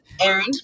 Aaron